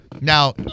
Now